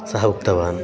सः उक्तवान्